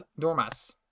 DORMAS